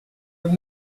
were